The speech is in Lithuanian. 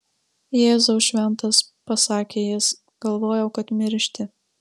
jėzau šventas pasakė jis galvojau kad miršti